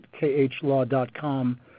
khlaw.com